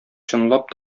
чынлап